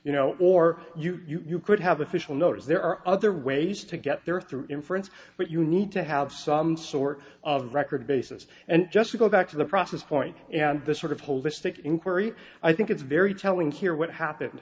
you know or you could have official notice there are other ways to get there through inference but you need to have some sort of record basis and just go back to the process point and the sort of holistic inquiry i think it's very telling here what happened